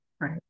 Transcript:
Right